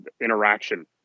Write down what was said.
interaction